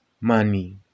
money